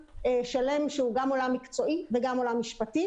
שלם שהוא גם עולם מקצועי וגם עולם משפטי,